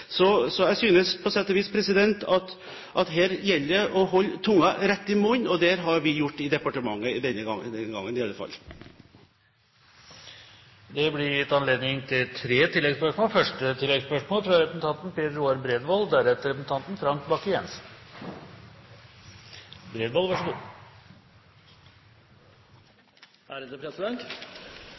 Så jeg synes på sett og vis at her gjelder det å holde tungen rett i munnen, og det har vi hatt i departementet denne gangen i alle fall. Det blir gitt anledning til tre oppfølgingsspørsmål – først Per Roar Bredvold.